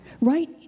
Right